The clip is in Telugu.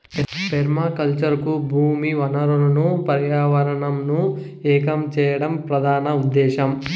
పెర్మాకల్చర్ కు భూమి వనరులను పర్యావరణంను ఏకం చేయడం ప్రధాన ఉదేశ్యం